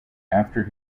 after